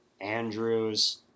Andrews